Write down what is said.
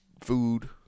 food